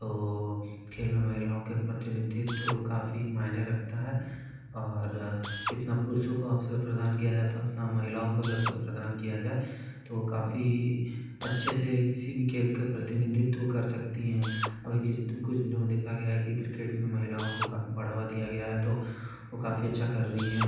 तो खेल में महिलाओं का प्रतिनिधित्व काफी मायने रखता है और इतना पुरुषों को अवसर प्रदान किया जाता है उतना महिलाओं को भी अवसर प्रदान किया जाए तो काफी अच्छे से किसी भी खेल के प्रतिनिधित्व कर सकती हैं अभी किस दिनों कुछ दिनों में देखा गया है कि क्रिकेट में महिलाओं को काफी बढ़ावा दिया गया है तो वो काफी अच्छा कर रही हैं